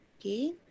Okay